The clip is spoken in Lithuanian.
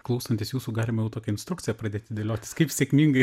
klausantis jūsų galima jau tokią instrukciją pradėti dėliotis kaip sėkmingai